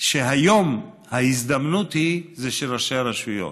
שהיום ההזדמנות היא של ראשי הרשויות.